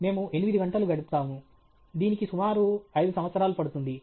మేము 8 గంటలు గడుపుతాము దీనికి సుమారు 5 సంవత్సరాలు పడుతుంది